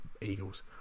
Eagles